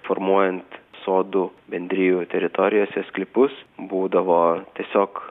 formuojant sodų bendrijų teritorijose sklypus būdavo tiesiog